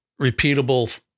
repeatable